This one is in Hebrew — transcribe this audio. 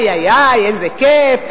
איי-איי-איי, איזה כיף.